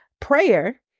prayer